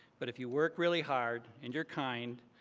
but if you work really hard, and you're kind,